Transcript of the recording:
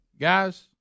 guys